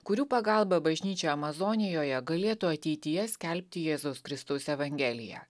kurių pagalba bažnyčia amazonijoje galėtų ateityje skelbti jėzaus kristaus evangeliją